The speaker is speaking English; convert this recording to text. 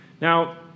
Now